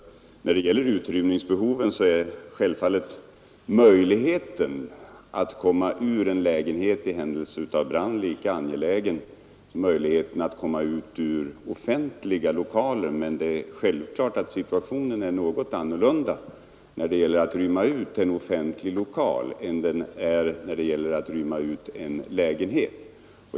När det gäller utrymningsbehovet är naturligtvis möjligheten att komma ut ur en lägenhet i händelse av brand lika angelägen som möjligheten att komma ut ur offentliga lokaler, men det är självklart att situationen är något annorlunda när det gäller att utrymma en offentlig lokal än den är vid utrymning av en lägenhet.